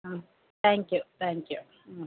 ம் thank you thank you ம்